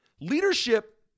Leadership